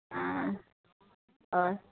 आं हय